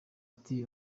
ati